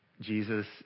Jesus